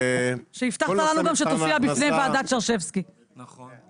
שהבטחת לנו גם שתופיע בפני ועדת שרשבסקי, נכון?